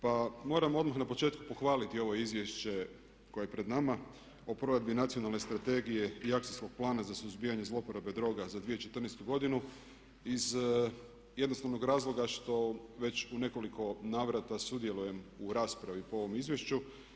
Pa moram odmah na početku pohvaliti ovo izvješće koje je pred nama o Provedbi Nacionalne strategije i Akcijskog plana za suzbijanje zlouporabe droga za 2014. godinu iz jednostavnog razloga što već u nekoliko navrata sudjelujem u raspravi po ovom izvješću.